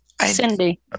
Cindy